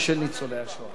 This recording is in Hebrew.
זה אני יכול להעיד עליך.